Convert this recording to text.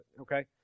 Okay